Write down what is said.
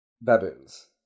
baboons